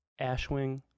Ashwing